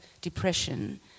depression